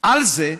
על זה,